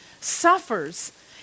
suffers